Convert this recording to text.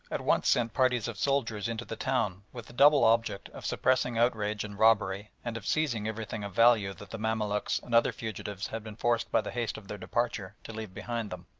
at once sent parties of soldiers into the town with the double object of suppressing outrage and robbery and of seizing everything of value that the mamaluks and other fugitives had been forced by the haste of their departure to leave behind them.